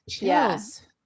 Yes